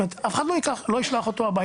זאת אומרת, אף אחד לא יישלח אותו הביתה.